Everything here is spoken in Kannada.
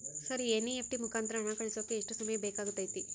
ಸರ್ ಎನ್.ಇ.ಎಫ್.ಟಿ ಮುಖಾಂತರ ಹಣ ಕಳಿಸೋಕೆ ಎಷ್ಟು ಸಮಯ ಬೇಕಾಗುತೈತಿ?